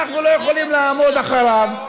אנחנו לא יכולים לעמוד מאחוריו,